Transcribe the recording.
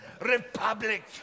republic